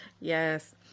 Yes